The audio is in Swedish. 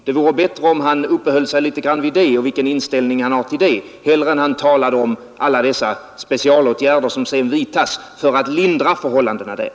Det vore bättre om han uppehöll sig vid det och talade om vilken inställning han har till det, än att han talar om alla dessa specialåtgärder som vidtas för att lindra förhållandena där.